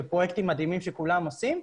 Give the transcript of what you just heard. בפרויקטים מדהימים שכולם עושים,